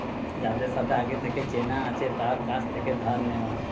যাদের সাথে আগে থেকে চেনা আছে তার কাছ থেকে ধার নেওয়া